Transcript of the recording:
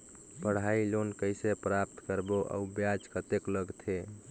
पढ़ाई लोन कइसे प्राप्त करबो अउ ब्याज कतेक लगथे?